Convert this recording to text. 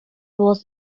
was